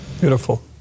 Beautiful